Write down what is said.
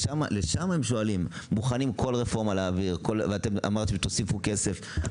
לשם הם מוכנים להעביר כל רפורמה ואמרתם שתוסיפו כסף,